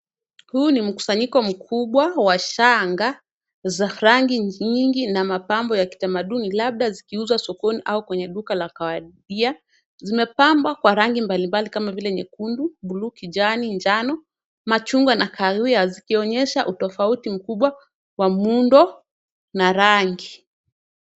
Huu ni mkusanyiko mkubwa wa shanga za rangi nyingi na mapambo ya kitamaduni, labda zikiuzwa sokoni au kwenye duka la kawadia. Zimepambwa kwa rangi mbali mbali kama vile nyekundu, buluu, kijani, njano, machungwa na kahawia, zikionyesha utofauti mkubwa wa muundo na rangi.